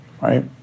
right